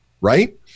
right